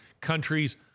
countries